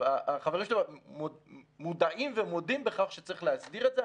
החברים שלי מודעים ומודים בכך שצריך להסדיר את זה.